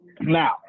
now